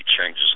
changes